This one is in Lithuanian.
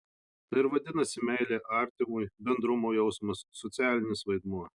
tai ir vadinasi meilė artimui bendrumo jausmas socialinis vaidmuo